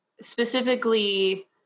specifically